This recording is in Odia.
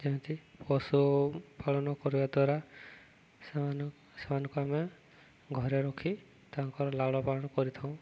ଯେମିତି ପଶୁପାଳନ କରିବା ଦ୍ୱାରା ସେମାନ ସେମାନଙ୍କୁ ଆମେ ଘରେ ରଖି ତାଙ୍କର ଲାଳନପାଳନ କରିଥାଉ